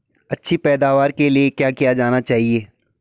अच्छी पैदावार के लिए क्या किया जाना चाहिए?